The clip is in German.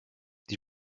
die